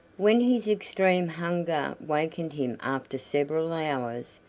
when his extreme hunger wakened him after several hours,